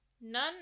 None